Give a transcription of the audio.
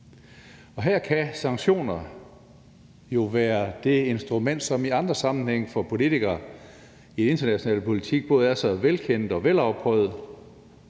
her kan sanktioner jo være det instrument, som i andre sammenhænge for politikere i international politik både er så velkendt og velafprøvede,